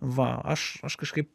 va aš aš kažkaip